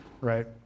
right